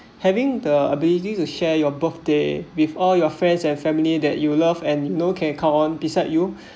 having the ability to share your birthday with all your friends and family that you love and know can count on beside you